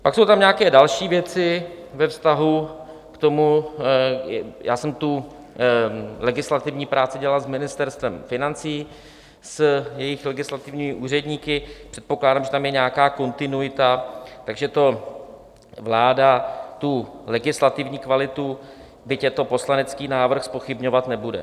Pak jsou tam nějaké další věci ve vztahu k tomu já jsem tu legislativní práci dělal s Ministerstvem financí, s jejich legislativními úředníky, předpokládám, že tam je nějaká kontinuita, takže vláda tu legislativní kvalitu, byť je to poslanecký návrh, zpochybňovat nebude.